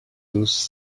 does